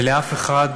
ולאף אחד בממשלה,